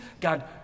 God